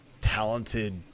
talented